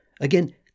Again